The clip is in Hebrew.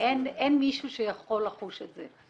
אין מישהו שיכול לחוש את זה.